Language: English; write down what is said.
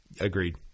Agreed